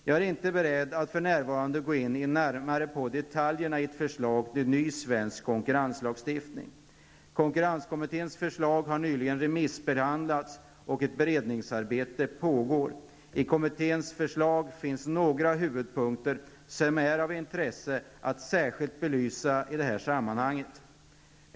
Jag är inte beredd att för närvarande gå in närmare på detaljerna i ett förslag till ny svensk konkurrenslagstiftning. Konkurrenskommitténs förslag har nyligen remissbehandlats, och ett beredningsarbete pågår. I kommitténs förslag finns några huvudpunkter som det är av intresse att särskilt belysa i det här sammanhanget.